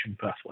pathway